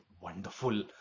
wonderful